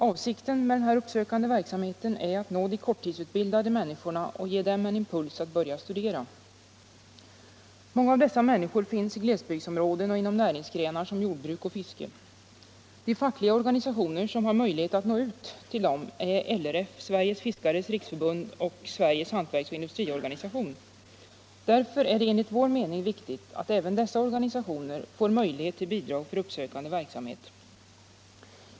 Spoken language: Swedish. Avsikten med den uppsökande verksamheten är att nå de korttidsutbildade människorna och ge dem en impuls att börja studera. Många av dessa människor finns i glesbygdsområden och inom näringsgrenar som jordbruk och fiske. De fackliga organisationer som har en möjlighet att nå ut till dessa människor är LRF, Sveriges fiskares riksförbund och Sveriges hantverksoch industriorganisation. Därför är det enligt vår mening viktigt att även dessa organisationer får möjlighet till bidrag för uppsökande verksamhet.